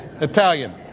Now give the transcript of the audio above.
Italian